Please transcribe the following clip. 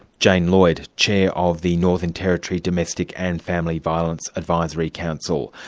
jane lloyd, chair of the northern territory domestic and family violence advisory council.